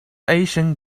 asian